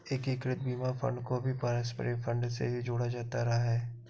एकीकृत बीमा फंड को भी पारस्परिक फंड से ही जोड़ा जाता रहा है